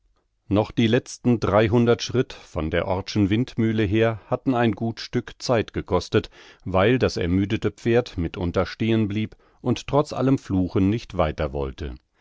noch die letzten dreihundert schritt von der orth'schen windmühle her hatten ein gut stück zeit gekostet weil das ermüdete pferd mitunter stehen blieb und trotz allem fluchen nicht weiter